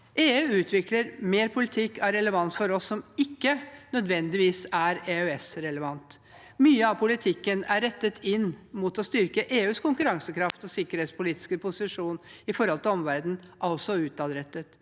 EU utvikler mer politikk av relevans for oss som ikke nødvendigvis er EØS-relevant. Mye av politikken er rettet inn mot å styrke EUs konkurransekraft og sikkerhetspolitiske posisjon overfor omverdenen, altså utadrettet.